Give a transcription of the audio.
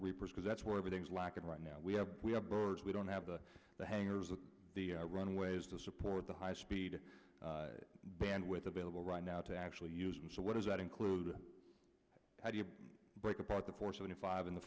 the reapers because that's where everything is lacking right now we have we have we don't have the the hangers on the runways to support the high speed bandwidth available right now to actually use them so what does that include how do you break apart the four seventy five in the